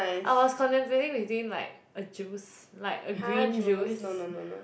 I was contemplating between like a juice like a green juice